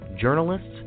journalists